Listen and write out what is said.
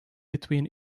between